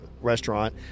restaurant